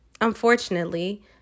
unfortunately